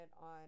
on